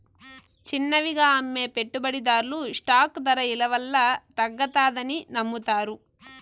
చిన్నవిగా అమ్మే పెట్టుబడిదార్లు స్టాక్ దర ఇలవల్ల తగ్గతాదని నమ్మతారు